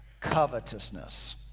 covetousness